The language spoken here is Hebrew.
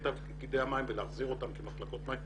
תאגידי המים ולהחזיר אותם כמחלקות מים.